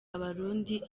abarundi